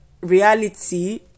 reality